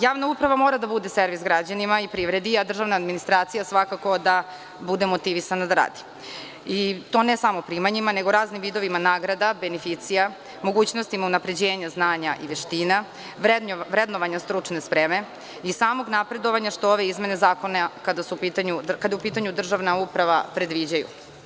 Javna uprava mora da bude servis građanima i privredi, a državna administracija svakako da bude motivisana da radi i to ne samo primanjima, nego i raznim vidovima nagrada, beneficija, mogućnostima unapređenja znanja i veština, vrednovanju stručne spreme, i samog napredovanja, što ove izmene zakona, kada je u pitanju državna uprava, predviđaju.